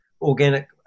organic